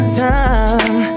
time